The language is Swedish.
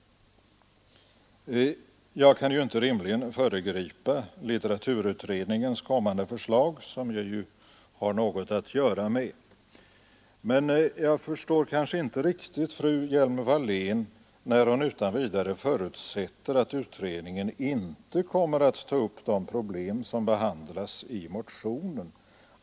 Jag kan inte rimligen föregripa litteraturutredningens kommande förslag, som jag har en del med att göra. Men jag förstår inte riktigt fru Hjelm-Wallén, som utan vidare förutsätter att utredningen inte kommer att ta upp de problem som behandlas i motionen.